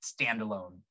standalone